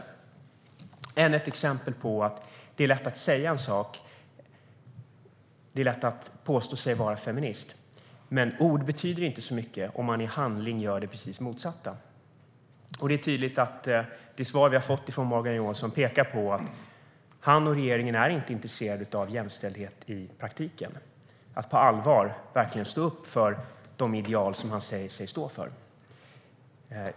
Det är ännu ett exempel på att det är lätt att säga en sak, att det är lätt att påstå sig vara feminist, men att ord inte betyder så mycket om man i handling gör det precis motsatta. Det svar vi har fått från Morgan Johansson pekar på att han och regeringen inte är intresserade av jämställdhet i praktiken och av att på allvar verkligen stå upp för de ideal som man säger sig stå för.